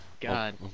God